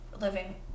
living